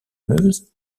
meuse